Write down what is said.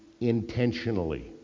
intentionally